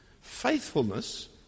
Faithfulness